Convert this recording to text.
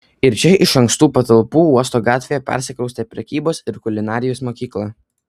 ir čia iš ankštų patalpų uosto gatvėje persikraustė prekybos ir kulinarijos mokykla